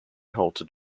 halted